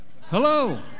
Hello